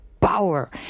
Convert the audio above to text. power